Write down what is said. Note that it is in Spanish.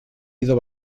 ido